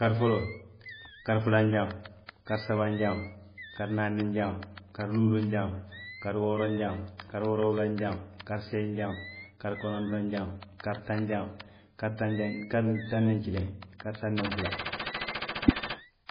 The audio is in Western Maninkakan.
Kari foloo, kari fulanjaŋo, kari sabanjaŋo, kari naaninjaŋo, kari luulunjaŋo, wooronjaŋo, kari woorowulanjaŋo, kari seyinjaŋo, kari konontonjaŋo, kari tanjaŋo, kari tanninkiliŋo, kari tanninfula